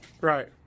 Right